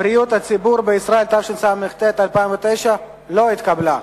בריאות הציבור בישראל, התשס"ט 2009, לא התקבלה.